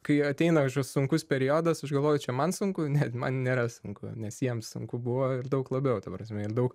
kai ateina sunkus periodas aš galvoju čia man sunku ne man nėra sunku nes jiems sunku buvo ir daug labiau ta prasme ir daug